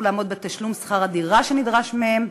לעמוד בתשלום שכר הדירה שנדרש מהם,